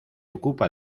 ocupa